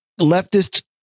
leftist